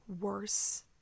worse